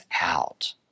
out